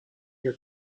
your